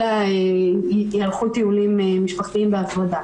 אלא יערכו טיולים משפחתיים בהפרדה.